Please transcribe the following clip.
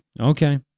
Okay